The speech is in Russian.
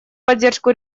поддержку